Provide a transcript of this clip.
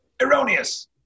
erroneous